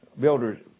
builders